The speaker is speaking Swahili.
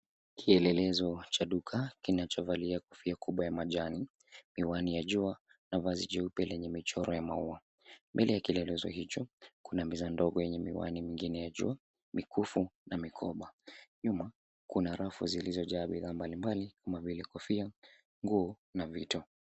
Kielelezo cha duka kinachovalia kofia kubwa ya majani, miwani ya jua na vazi jeupe lenye michoro ya maua. Mbele ya kielelezo hicho kuna meza ndogo, yenye miwani mingine ya jua, mikufu, na mikoba. Nyuma kuna rafu zilizojaa bidhaa mbalimbali kama vile kofia, nguo na vito.